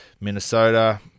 Minnesota